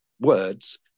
words